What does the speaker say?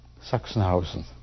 Sachsenhausen